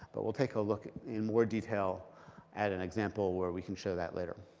but we'll take a look in more detail at an example where we can show that later.